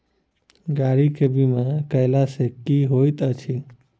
गाड़ी केँ बीमा कैला सँ की होइत अछि?